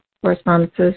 correspondences